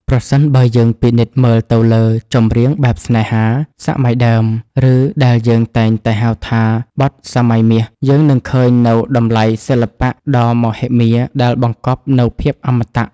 ប្រសិនបើយើងពិនិត្យមើលទៅលើ ចម្រៀងបែបស្នេហា សម័យដើម ឬដែលយើងតែងតែហៅថា បទសម័យមាស យើងនឹងឃើញនូវតម្លៃសិល្បៈដ៏មហិមាដែលបង្កប់នូវភាពអមតៈ។